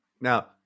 now